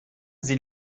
sie